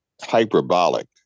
hyperbolic